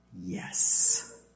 Yes